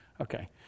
Okay